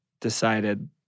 decided